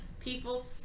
people